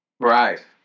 Right